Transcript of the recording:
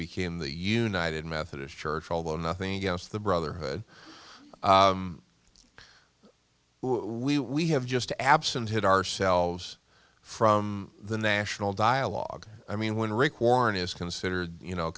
became the united methodist church although nothing against the brotherhood we we have just to absent it ourselves from the national dialogue i mean when rick warren is considered you know